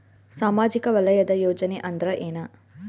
ಸಾಮಾಜಿಕ ವಲಯದ ಯೋಜನೆ ಅಂದ್ರ ಏನ?